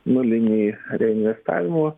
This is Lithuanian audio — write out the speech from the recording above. nulinį reinvestavimo